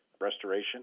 restoration